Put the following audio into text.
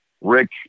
Rick